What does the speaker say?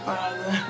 Father